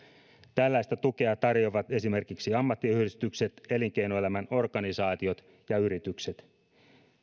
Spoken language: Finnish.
tällaista tukea tarjoavat esimerkiksi ammattiyhdistykset elinkeinoelämän organisaatiot ja yritykset